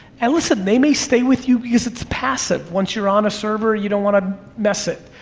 and listen, they may stay with you because it's passive, once you're on a server, you don't wanna mess it,